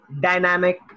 dynamic